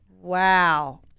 Wow